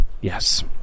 Yes